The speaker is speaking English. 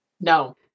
No